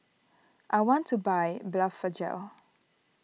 I want to buy Blephagel